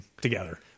together